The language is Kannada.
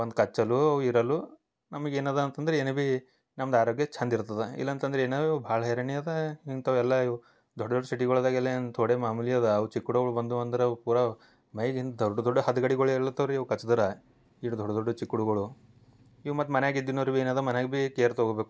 ಬಂದು ಕಚ್ಚಲೂ ಇರಲು ನಮಗ್ ಏನದ ಅಂತಂದ್ರ ಏನು ಬೀ ನಮ್ದ ಆರೋಗ್ಯ ಚಂದ್ ಇರ್ತದ ಇಲ್ಲಂತಂದ್ರ ಏನವು ಭಾಳ ಹೇರಾಣಿ ಅದಾ ಇಂಥವು ಎಲ್ಲ ಇವು ದೊಡ್ಡ ದೊಡ್ಡ ಸಿಟಿಗುಳ್ದಾಗೆಲ್ಲ ಏನು ತೋಡೆ ಮಾಮೂಲಿ ಅದ ಅವು ಚಿಕ್ಕುಳುಗಳು ಬಂದುವಂದ್ರ ಅವು ಪೂರ ಮೈಗಿಂದ ದೊಡ್ಡ ದೊಡ್ಡ ಹದ್ಗೊಡಿಗುಳು ಏಳ್ಳತ್ತಾವು ರೀ ಅವು ಕಚ್ದರ ಇಟ್ಟು ದೊಡ್ಡ ದೊಡ್ಡ ಚಿಕ್ಕುಳುಗಳು ಇವು ಮತ್ತೆ ಮನ್ಯಾಗ ಇದ್ದುನರ ಬಿ ಏನದ ಮನ್ಯಾಗ ಬಿ ಕೇರ್ ತಗೋಬಕು